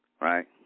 right